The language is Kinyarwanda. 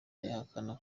ihakana